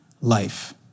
life